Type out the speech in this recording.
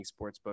Sportsbook